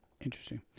Interesting